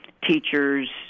teachers